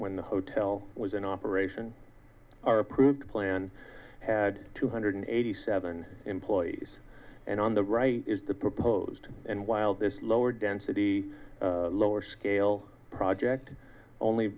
when the hotel was in operation are approved the plan had two hundred eighty seven employees and on the right is the proposed and while this lower density lower scale project only